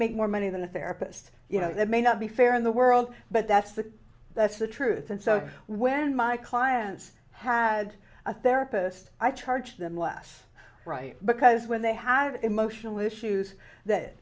make more money than a therapist you know that may not be fair in the world but that's the that's the truth and so when my clients had a therapist i charge them less right because when they have emotional issues